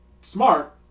smart